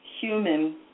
human